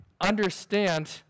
understand